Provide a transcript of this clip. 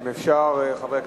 אם אפשר, חברי הכנסת,